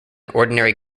ordinary